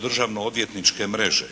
državno-odvjetničke mreže,